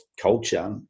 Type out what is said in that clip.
culture